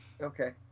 okay